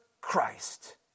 Christ